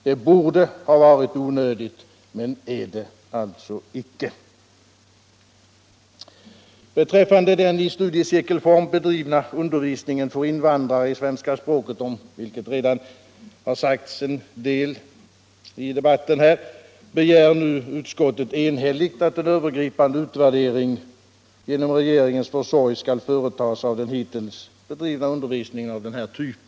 Det borde ha varit onödigt men är det alltså icke. Beträffande den i studiecirkelform bedrivna undervisningen i svenska språket för invandrare — om vilken det redan har sagts en del i debatten här — begär nu utskottet enhälligt att en övergripande utvärdering genom regeringens försorg skall företas av den hittills bedrivna undervisningen av denna typ.